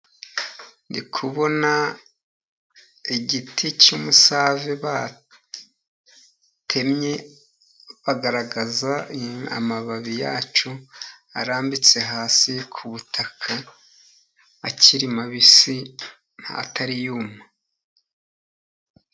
Ndi kubona igiti cy'umusave batemye, bagaragaza amababi yacyo arambitse hasi ku butaka, akiri mabisi atari yuma.